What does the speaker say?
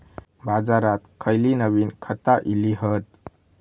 बाजारात खयली नवीन खता इली हत?